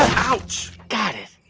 ouch got it